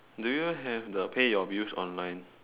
do you have the pay your bills online